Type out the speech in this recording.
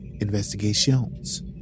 Investigations